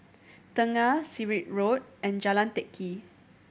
Tengah Sirat Road and Jalan Teck Kee